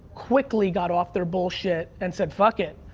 quickly got off their bullshit and said fuck it,